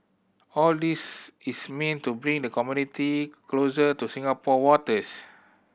all this is meant to bring the community closer to Singapore waters